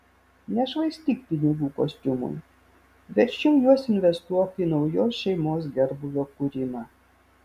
nešvaistyk pinigų kostiumui verčiau juos investuok į naujos šeimos gerbūvio kūrimą